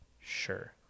Sure